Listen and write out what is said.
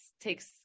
takes